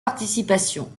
participations